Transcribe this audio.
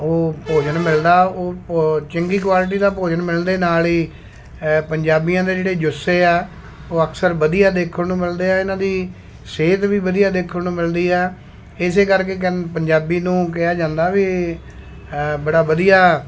ਉਹ ਭੋਜਨ ਮਿਲਦਾ ਉਹ ਭੋ ਚੰਗੀ ਕੁਆਲਿਟੀ ਦਾ ਭੋਜਨ ਮਿਲਣ ਦੇ ਨਾਲ਼ ਹੀ ਪੰਜਾਬੀਆਂ ਦੇ ਜਿਹੜੇ ਜੁੱਸੇ ਹੈ ਉਹ ਅਕਸਰ ਵਧੀਆ ਦੇਖਣ ਨੂੰ ਮਿਲਦੇ ਆ ਇਹਨਾਂ ਦੀ ਸਿਹਤ ਵੀ ਵਧੀਆ ਦੇਖਣ ਨੂੰ ਮਿਲਦੀ ਆ ਇਸੇ ਕਰਕੇ ਕਹਿ ਪੰਜਾਬੀ ਨੂੰ ਕਿਹਾ ਜਾਂਦਾ ਵੀ ਬੜਾ ਵਧੀਆ